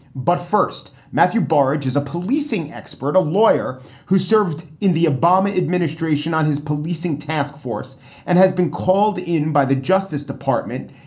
but first, matthew baj is a policing expert, a lawyer who served in the obama administration on his policing task force and has been called in by the justice department.